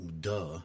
Duh